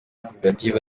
koperative